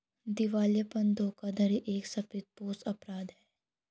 दिवालियापन धोखाधड़ी एक सफेदपोश अपराध है